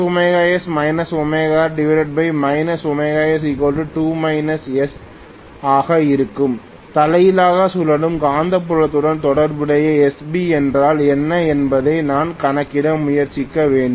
ωs r s2 s ஆக இருக்கும் தலைகீழ் சுழலும் காந்தப்புலத்துடன் தொடர்புடைய Sb என்றால் என்ன என்பதை நான் கணக்கிட முயற்சிக்க வேண்டும்